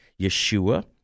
Yeshua